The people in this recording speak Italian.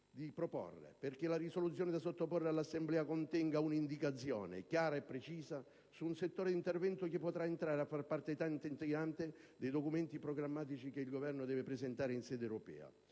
l'impegno, affinché la risoluzione da sottoporre all'Assemblea contenga un'indicazione chiara e precisa su un settore di intervento che potrà entrare a far parte integrante dei documenti programmatici che il Governo deve presentare in sede europea.